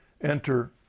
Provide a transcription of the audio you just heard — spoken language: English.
enter